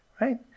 right